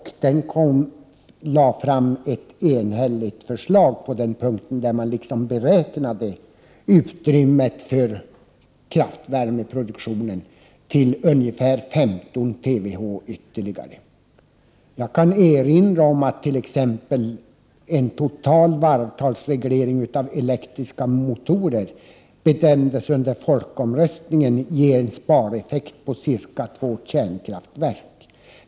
Den lade fram ett enhälligt förslag, där man beräknade utrymmet för kraftvärmeproduktionen till ungefär 15 TWh ytterligare. Jag kan erinra om att t.ex. en total varvtalsreglering av elektriska motorer under folkomröstningen bedömdes ge en spareffekt på ca två kärnkraftverk.